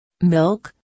Milk